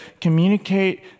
communicate